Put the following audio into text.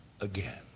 again